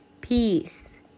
peace